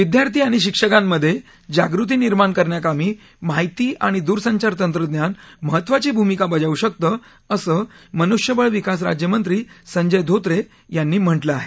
विद्यार्थी आणि शिक्षकांमधे जागृती निर्माण करण्याकामी माहिती आणि दूरसंचार तंत्रज्ञान महत्त्वाची भूमिका बजावू शकतं असं मनुष्यबळ विकास राज्यमंत्री संजय धोत्रे यांनी म्हटलं आहे